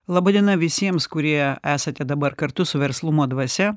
laba diena visiems kurie esate dabar kartu su verslumo dvasia